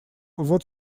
вот